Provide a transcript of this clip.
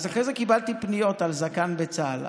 אחרי זה קיבלתי פניות על זקן בצה"ל.